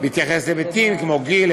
בהתייחס להיבטים כמו גיל,